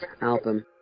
album